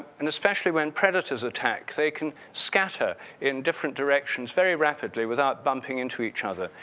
and especially when predators attack, they can scatter in different directions very rapidly without bumping into each other.